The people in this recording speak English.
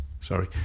sorry